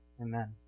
Amen